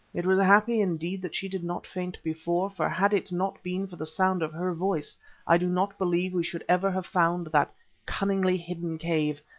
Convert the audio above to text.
it was happy indeed that she did not faint before, for had it not been for the sound of her voice i do not believe we should ever have found that cunningly hidden cave,